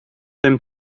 them